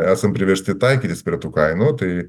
esam priversti taikytis prie tų kainų tai